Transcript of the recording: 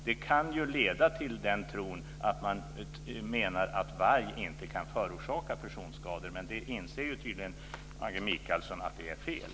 Det kan leda till tron att varg inte kan förorsaka personskador, men Maggi Mikaelsson inser tydligen att det är fel.